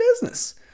business